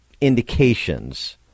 indications